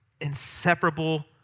inseparable